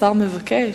השר מבקש.